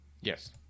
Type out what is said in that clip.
yes